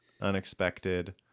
unexpected